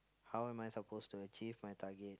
how am I supposed to achieve my target